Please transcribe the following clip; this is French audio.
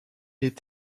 est